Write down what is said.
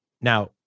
Now